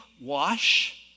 wash